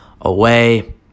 away